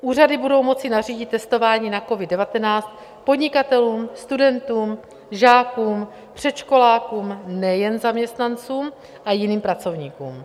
Úřady budou moci nařídit testování na covid19 podnikatelům, studentům, žákům, předškolákům, nejen zaměstnancům a jiným pracovníkům.